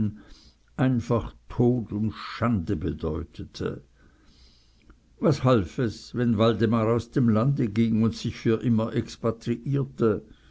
einfach tod und schande bedeutete was half es wenn waldemar aus dem lande ging und sich für immer expatriierte